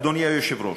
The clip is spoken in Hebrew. אדוני היושב-ראש,